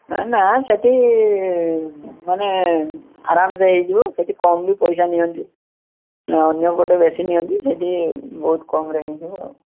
ନା ସେଠି ମାନେ ଆରାମ ସେ ହୋଇ ଯିବ ସେଠି କମ୍ ବି ପଇସା ନିଅନ୍ତି ଅନ୍ୟ ପଟେ ବେଶୀ ନିଅନ୍ତି ସେଇଠି ବହୁତ କମ୍ରେ ହୋଇଯିବ